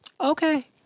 Okay